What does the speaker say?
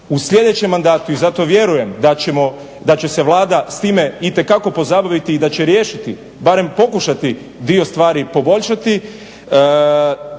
u sljedećem mandatu i zato vjerujem da će se Vlada s time itekako pozabaviti i da će riješiti, barem pokušati dio stvari poboljšati,